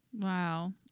Wow